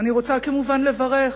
אני רוצה כמובן לברך,